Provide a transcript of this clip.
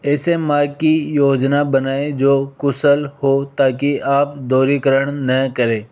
ऐसे मार्ग की योजना बनाएँ जो कुशल हो ताकि आप दोहरीकरण न करें